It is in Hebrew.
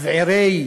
מבעירי